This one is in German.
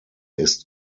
ist